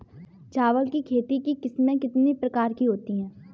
चावल की खेती की किस्में कितने प्रकार की होती हैं?